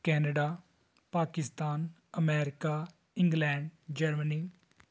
Canada Pakistan America England Germany